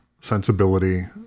sensibility